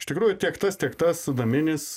iš tikrųjų tiek tas tiek tas naminis